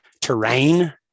terrain